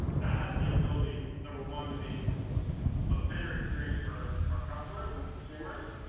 that has the ability, number one, to be a better experience for our customers and consumers,